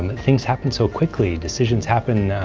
things happen so quickly decisions happen